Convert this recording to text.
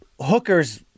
Hooker's